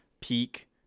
Peak